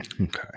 okay